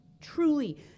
truly